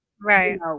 Right